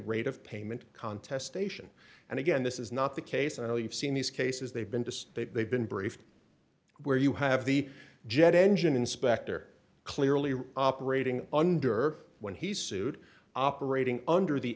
rate of payment contest station and again this is not the case and i know you've seen these cases they've been dissed they've been briefed where you have the jet engine inspector clearly operating under when he's sued operating under the